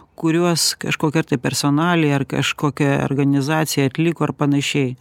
kuriuos kažkokia ar tai personalija ar kažkokia organizacija atliko ar panašiai